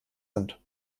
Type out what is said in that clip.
sind